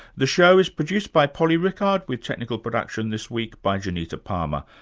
the show is produced by polly rickard, with technical production this week by janita palmer.